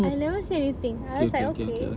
I never say anything I was like okay